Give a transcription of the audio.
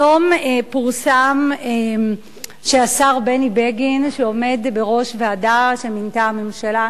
היום פורסם שהשר בני בגין שעומד בראש ועדה שמינתה הממשלה,